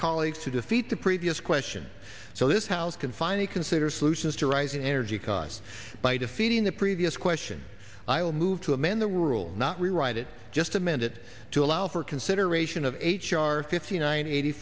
colleagues to defeat the previous question so this house can finally consider solutions to rising energy costs by defeating the previous question i will move to amend the rules not rewrite it just amend it to allow for consideration of h r fifty nine eighty